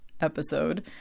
episode